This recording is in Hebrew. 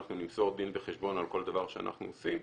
אנחנו נמסור דין וחשבון על כל דבר שאנחנו עושים,